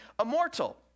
immortal